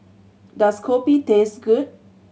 does kopi taste good